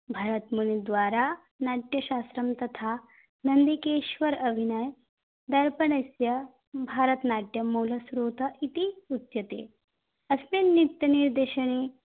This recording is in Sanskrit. भरतमुनिद्वारा नाट्यशास्त्रं तथा नन्दिकेश्वरः अविनयदर्पणस्य भारतनाट्यमूलस्रोतः इति उच्यते अस्मिन् नृत्यनिर्देशने